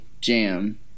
Jam